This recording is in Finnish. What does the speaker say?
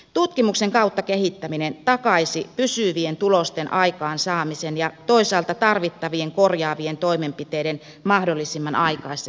tutkimuksen kautta kehittäminen takaisi pysyvien tulosten aikaansaamisen ja toisaalta tarvittavien korjaavien toimenpiteiden mahdollisimman aikaisen käynnistämisen